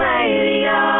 Radio